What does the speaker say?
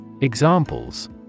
Examples